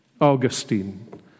Augustine